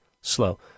slow